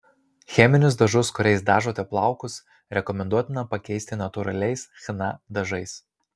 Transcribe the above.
cheminius dažus kuriais dažote plaukus rekomenduotina pakeisti natūraliais chna dažais